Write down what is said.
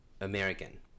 American